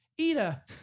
Ida